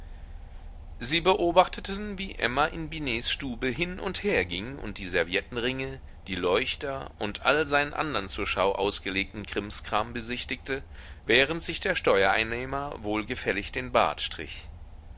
sie beobachteten wie emma in binets stube hin und her ging und die serviettenringe die leuchter und all seinen andern zur schau ausgelegten krimskram besichtigte während sich der steuereinnehmer wohlgefällig den bart strich